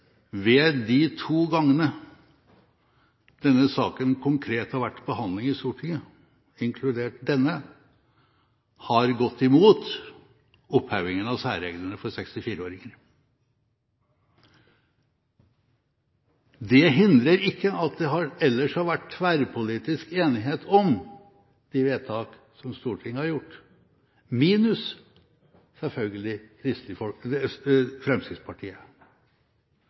de to gangene denne saken konkret har vært behandlet i Stortinget, inkludert denne, har gått imot opphevingen av særreglene for 64-åringer. Det hindrer ikke at det ellers har vært tverrpolitisk enighet om de vedtak som Stortinget har gjort, minus selvfølgelig